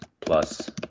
plus